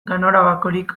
ganorabakorik